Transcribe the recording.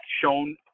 shown